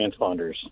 transponders